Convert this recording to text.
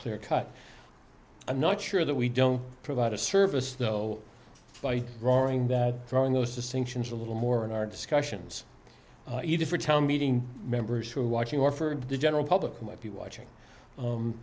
clear cut i'm not sure that we don't provide a service though by drawing that drawing those distinctions a little more in our discussions you differ tell meeting members who are watching or for the general public who might be watching